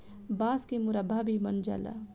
बांस के मुरब्बा भी बन जाला